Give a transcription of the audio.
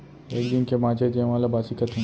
एक दिन के बांचे जेवन ल बासी कथें